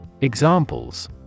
Examples